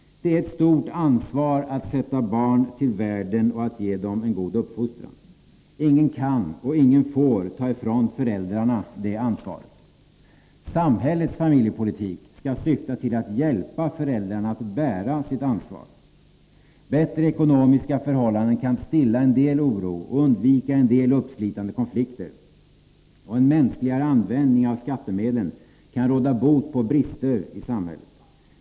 Det är ett stort ansvar att sätta barn till världen och att ge dem en god uppfostran. Ingen kan eller får ta ifrån föräldrarna det ansvaret. Samhällets familjepolitik skall syfta till att hjälpa föräldrarna att bära sitt ansvar. Bättre ekonomiska förhållanden kan stilla en del oro och göra att man kan undvika en del uppslitande konflikter. Och en mänskligare användning av skattemedlen kan råda bot på brister i samhället.